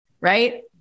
right